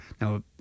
Now